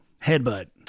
Headbutt